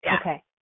Okay